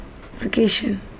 Vacation